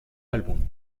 álbum